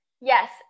Yes